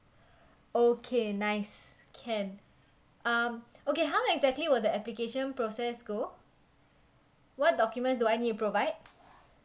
okay nice can um okay how exactly will the application process go what documents do I need to provide